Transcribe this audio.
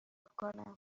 کنم